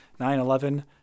9-11